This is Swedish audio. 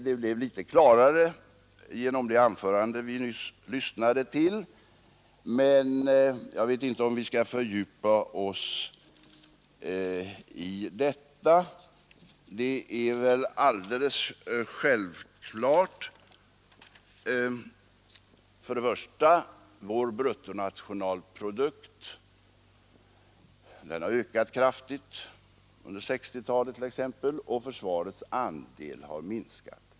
Det blev litet klarare genom det anförande vi nyss lyssnade till. Men jag vet inte, om vi skall fördjupa oss i detta. Det är väl alldeles klart att vår bruttonationalprodukt har ökat kraftigt under 1960-talet och att försvarets andel har minskat.